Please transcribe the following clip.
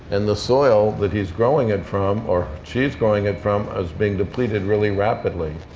and the soil that he's growing it from, or she's growing it from, is being depleted really rapidly.